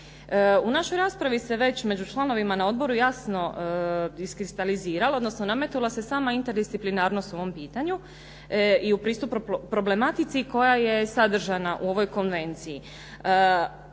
U našoj raspravi se već među članovima na odboru jasno iskristaliziralo, odnosno nametnula se sama interdisciplinarnost u ovom pitanju i u pristupu problematici koja je sadržana u ovoj konvenciji.